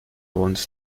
wants